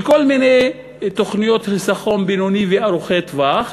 לכל מיני תוכניות חיסכון בינוניות וארוכות טווח,